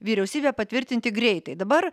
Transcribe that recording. vyriausybę patvirtinti greitai dabar